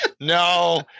No